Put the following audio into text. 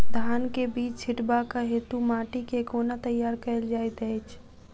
धान केँ बीज छिटबाक हेतु माटि केँ कोना तैयार कएल जाइत अछि?